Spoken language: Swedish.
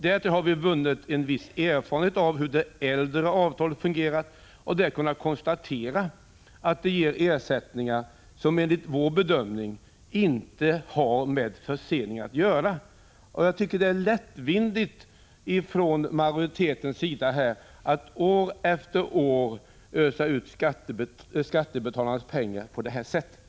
Därtill har vi vunnit en viss erfarenhet av hur det äldre avtalet fungerat och kunnat konstatera att det ger ersättningar som enligt vår bedömning inte har med försening att göra. Det är lättvindigt av majoriteten att år efter år ösa ut skattebetalarnas pengar på det här sättet.